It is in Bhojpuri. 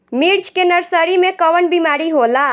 मिर्च के नर्सरी मे कवन बीमारी होला?